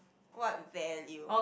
what value